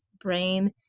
brain